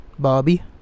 bobby